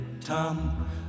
Tom